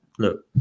Look